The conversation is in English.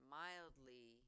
mildly